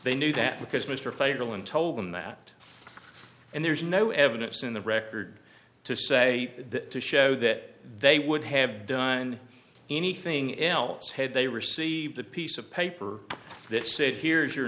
they knew that because mr fatal and told them that and there's no evidence in the record to say that to show that they would have done anything else had they received a piece of paper that said here's your